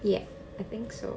ya I think so